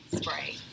spray